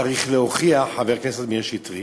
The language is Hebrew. צריך להוכיח, חבר הכנסת מאיר שטרית,